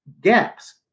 Gaps